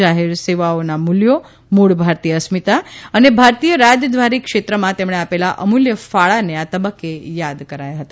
જાહેરસેવાનાં મૂલ્યો મૂળ ભારતીય અસ્મિતા અને ભારતીય રાજદ્વારી ક્ષેત્રમાં તેમણે આપેલા અમૂલ્ય ફાળાને આ તબક્કે યાદ કરાયો છે